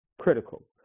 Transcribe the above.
critical